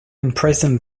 imprisoned